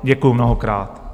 Děkuju mnohokrát.